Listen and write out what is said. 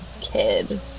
kid